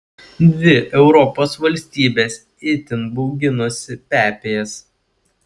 dvi europos valstybės itin bauginosi pepės